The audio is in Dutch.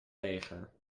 leger